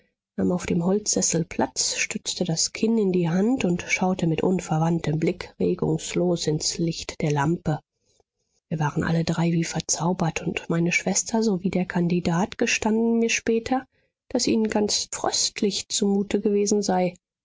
auf dem holzsessel platz stützte das kinn in die hand und schaute mit unverwandtem blick regungslos ins licht der lampe wir waren alle drei wie verzaubert und meine schwester sowie der kandidat gestanden mir später daß ihnen ganz fröstlich zumute gewesen sei